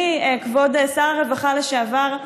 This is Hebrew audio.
אני, כבוד שר הרווחה לשעבר,